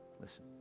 Listen